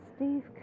Steve